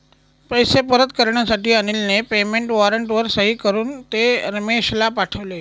पैसे परत करण्यासाठी अनिलने पेमेंट वॉरंटवर सही करून ते रमेशला पाठवले